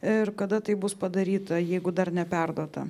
ir kada tai bus padaryta jeigu dar neperduota